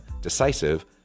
decisive